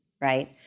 right